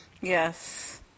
Yes